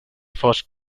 fosc